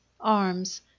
arms